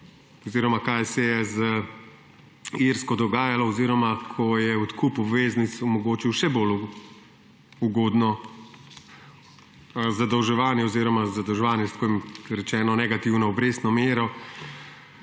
oziroma kaj se je z Irsko dogajalo, ko je odkup obveznic omogočil še bolj ugodno zadolževanje oziroma zadolževanje s tako imenovano negativno obrestno mero.